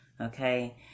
Okay